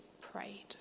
prayed